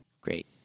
Great